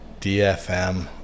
dfm